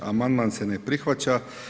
Amandman se ne prihvaća.